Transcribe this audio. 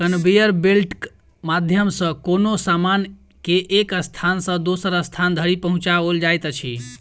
conveyor बेल्टक माध्यम सॅ कोनो सामान के एक स्थान सॅ दोसर स्थान धरि पहुँचाओल जाइत अछि